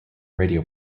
radio